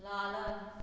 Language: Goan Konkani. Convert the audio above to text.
लालन